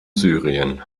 syrien